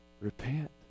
repent